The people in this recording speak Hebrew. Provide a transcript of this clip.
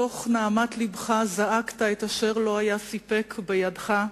מתוך נהמת לבך זעקת את אשר לא היה סיפק בידך,